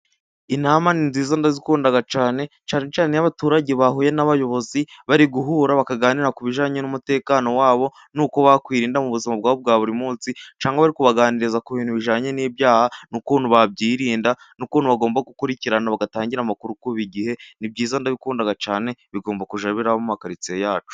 Inama ni nziza, ndazikunda cyane. Cyane cyane iyo abaturage bahuye n'abayobozi bari guhura bakaganira ku bijyanye n'umutekano wabo, nuko bakwirinda mu buzima bwabo bwa buri munsi. Cyangwa kubaganiriza ku bintu bijanye n'ibyaha n'ukuntu babyirinda, n'ukuntu bagomba gukurikirana bagatangira amakuru ku igihe. Nibyiza ndabikunda cyane, bigomba kuzajya biba mu makaritsiye yacu.